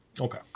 Okay